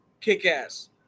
Kick-ass